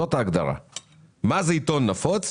מה זה עיתון נפוץ?